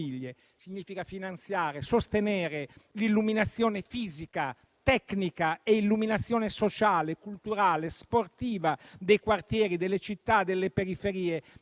Significa finanziare e sostenere l'illuminazione fisica tecnica e quella sociale, culturale e sportiva dei quartieri delle città e delle periferie